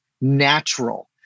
natural